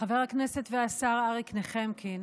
חבר הכנסת והשר אריק נחֶמקין